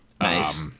Nice